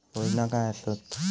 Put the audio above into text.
योजना काय आसत?